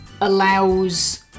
allows